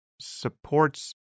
supports